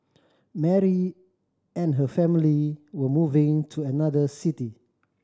Mary and her family were moving to another city